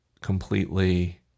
completely